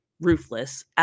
ruthless